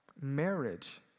marriage